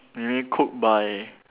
maybe cooked by